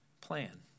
plan